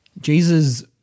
Jesus